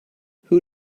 who